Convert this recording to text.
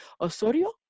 Osorio